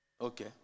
Okay